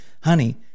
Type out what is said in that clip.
honey